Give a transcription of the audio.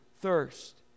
thirst